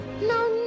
No